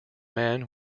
man